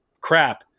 crap